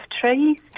trees